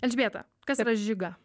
elžbieta kas yra žiga